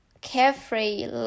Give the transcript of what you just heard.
carefree